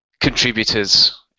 contributors